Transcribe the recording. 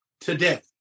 today